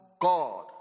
God